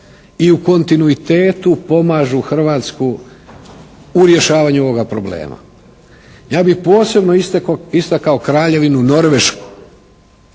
i u kontinuitetu pomažu Hrvatsku u rješavanju ovoga problema. Ja bih posebno istakao Kraljevinu Norvešku.